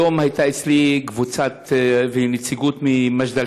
היום הייתה אצלי קבוצת נציגות ממג'דל